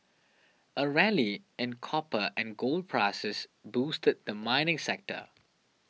a rally in copper and gold prices boosted the mining sector